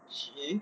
G